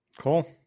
Cool